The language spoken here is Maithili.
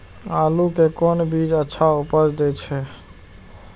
आलू के कोन बीज अच्छा उपज दे छे?